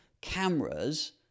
cameras